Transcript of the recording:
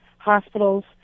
hospitals